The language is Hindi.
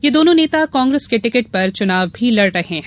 ये दोनो नेता कांग्रेस के टिकट पर चुनाव भी लड़ रहे हैं